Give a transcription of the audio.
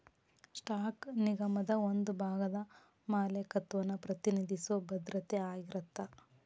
stock ನಿಗಮದ ಒಂದ ಭಾಗದ ಮಾಲೇಕತ್ವನ ಪ್ರತಿನಿಧಿಸೊ ಭದ್ರತೆ ಆಗಿರತ್ತ